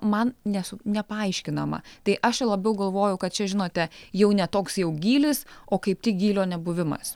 man nesu nepaaiškinama tai aš čia labiau galvoju kad čia žinote jau ne toks jau gylis o kaip tik gylio nebuvimas